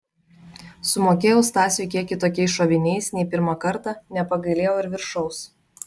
sumokėjau stasiui kiek kitokiais šoviniais nei pirmą kartą nepagailėjau ir viršaus